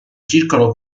circolo